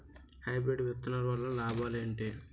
Hybrid విత్తనాలు వల్ల లాభాలు ఏంటి?